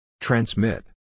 Transmit